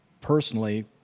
personally